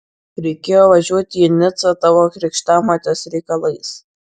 reikėjo važiuoti į nicą tavo krikštamotės reikalais